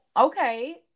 okay